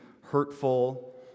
hurtful